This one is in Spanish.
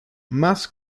mas